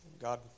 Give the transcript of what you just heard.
God